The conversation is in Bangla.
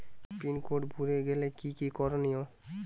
পিন কোড ভুলে গেলে কি কি করনিয়?